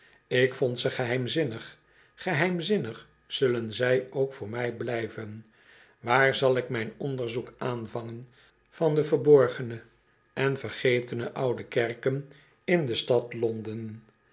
ik vond ze geheimzinnig geheimzinnig zullen zij ook voor mij blijven waar zal ik mijn onderzoek aanvangen van de verborgene en vergetene oude kerken in de stad londen